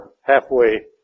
halfway